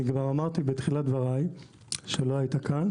אני כבר אמרתי בתחילת דבריי כשלא היית כאן.